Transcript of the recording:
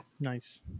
Nice